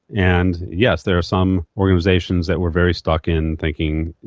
and yes, there are some organisations that were very stuck in thinking, you